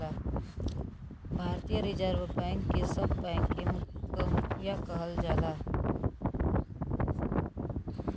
भारतीय reserve bank के सब बैंक क मुखिया कहल जाला